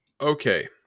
Okay